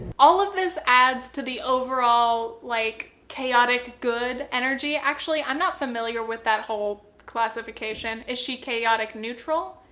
all of this adds to the overall, like, chaotic good energy. actually, i'm not familiar with that whole classification. is she chaotic neutral?